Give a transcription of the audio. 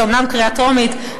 זו אומנם קריאה טרומית,